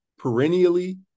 perennially